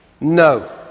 No